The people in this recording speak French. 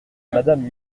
madame